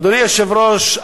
אדוני היושב-ראש,